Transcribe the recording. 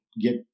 Get